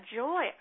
joy